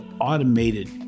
automated